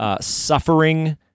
suffering